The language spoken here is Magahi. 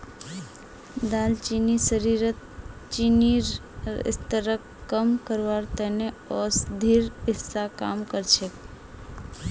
दालचीनी शरीरत चीनीर स्तरक कम करवार त न औषधिर हिस्सा काम कर छेक